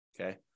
Okay